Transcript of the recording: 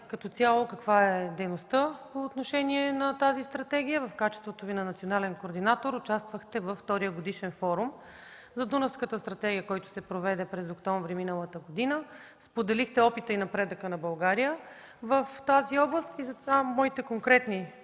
като цяло каква е дейността по отношение на тази стратегия. В качеството си на национален координатор участвахте във Втория годишен форум за Дунавската стратегия, който се проведе през октомври миналата година, споделихте опита и напредъка на България в тази област и затова моите конкретни